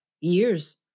years